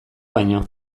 baino